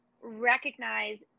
recognize